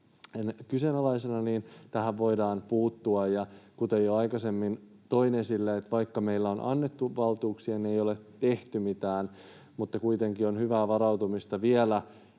kyseenalaisena, niin tähän voidaan puuttua. Ja kuten jo aikaisemmin toin esille: vaikka meillä on annettu valtuuksia, niin ei ole tehty mitään, mutta kuitenkin on hyvää varautumista vielä